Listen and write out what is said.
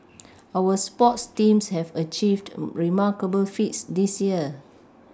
our sports teams have achieved remarkable feats this year